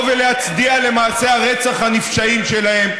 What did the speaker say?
לבוא ולהצדיע למעשי הרצח הנפשעים שלהם.